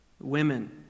women